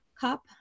cup